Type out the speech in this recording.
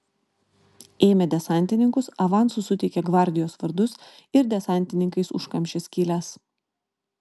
ėmė desantininkus avansu suteikė gvardijos vardus ir desantininkais užkamšė skyles